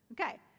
Okay